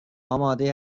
آماده